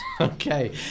Okay